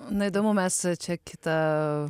na įdomu mes čia kitą